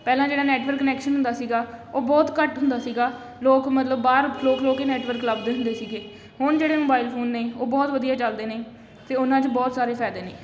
ਪਹਿਲਾਂ ਜਿਹੜਾ network connection ਹੁੰਦਾ ਸੀਗਾ ਉਹ ਬਹੁਤ ਘੱਟ ਹੁੰਦਾ ਸੀਗਾ ਲੋਕ ਮਤਲਬ ਬਾਹਰ ਖਲੋ ਖਲੋ ਕੇ ਨੈਟਵਰਕ ਲੱਭਦੇ ਹੁੰਦੇ ਸੀਗੇ ਹੁਣ ਜਿਹੜੇ ਮੋਬਾਇਲ ਫੋਨ ਨੇ ਉਹ ਬਹੁਤ ਵਧੀਆ ਚਲਦੇ ਨੇ ਅਤੇ ਉਹਨਾਂ 'ਚ ਬਹੁਤ ਸਾਰੇ ਫਾਇਦੇ ਨੇ